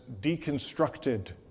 deconstructed